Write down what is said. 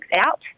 out